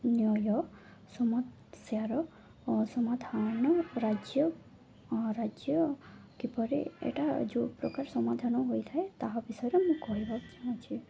ନ୍ୟାୟ ସମସ୍ୟାର ସମାଧାନ ରାଜ୍ୟ ରାଜ୍ୟ କିପରି ଏଇଟା ଯେଉଁ ପ୍ରକାର ସମାଧାନ ହୋଇଥାଏ ତାହା ବିଷୟରେ ମୁଁ କହିବାକୁ ଚାହୁଁଛି